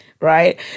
right